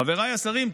חבריי השרים,